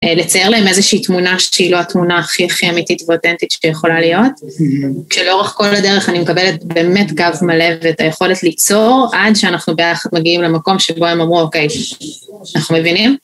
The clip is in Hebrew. לצייר להם איזושהי תמונה שהיא לא התמונה הכי הכי אמיתית ואותנטית שיכולה להיות. שלאורך כל הדרך אני מקבלת באמת קו מלא ואת היכולת ליצור, עד שאנחנו ביחד מגיעים למקום שבו הם אמרו, אוקיי, אנחנו מבינים.